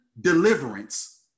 deliverance